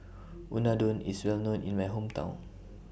Unadon IS Well known in My Hometown